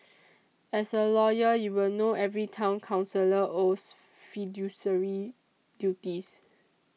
as a lawyer you will know every Town Councillor owes fiduciary duties